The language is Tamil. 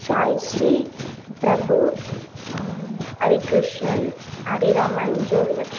சாய்ஸ்ரீ பிரபு ஹரிகிருஷ்ணன் ஹரிராமன் ஜோதிலக்ஷ்மி